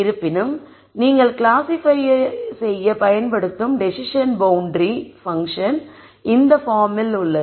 இருப்பினும் நீங்கள் கிளாசிஃபை செய்ய பயன்படுத்தும் டெஸிஸன் பௌண்டரி பங்க்ஷன் இந்த பார்மில் உள்ளது